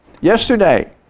Yesterday